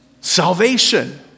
Salvation